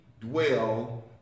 dwell